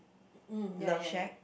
mm ya ya ya